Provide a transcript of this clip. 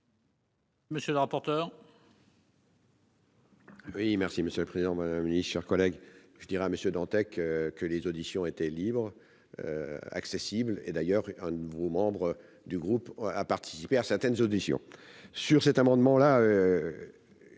monsieur le rapporteur,